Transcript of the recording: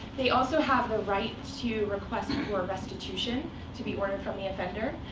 they also have the right to request for restitution to be ordered from the offender,